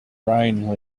brown